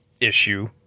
issue